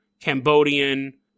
Cambodian